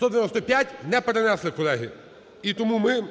195. Не перенесли, колеги. І тому ми…